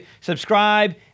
subscribe